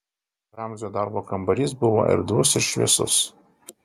ramzio darbo kambarys buvo erdvus ir šviesus